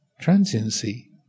transiency